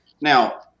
Now